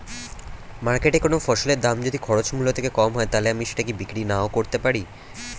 মার্কেটৈ কোন ফসলের দাম যদি খরচ মূল্য থেকে কম হয় তাহলে আমি সেটা কি বিক্রি নাকরতেও পারি?